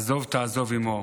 עזֹב תעזֹב עמו".